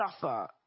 suffer